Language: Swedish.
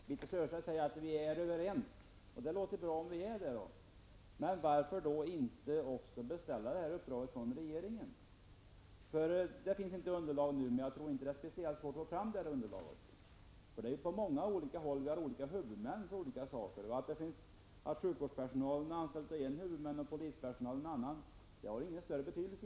Herr talman! Birthe Sörestedt säger att vi är överens. Det låter bra om vi är det, men varför då inte beställa det här uppdraget från regeringen? Det finns inte underlag nu, men jag tror inte att det är speciellt svårt att få fram det. På många håll har man olika huvudmän för olika saker -- att sjukvårdspersonal är anställd av en huvudman och polispersonal av en annan har ingen större betydelse.